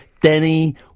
Denny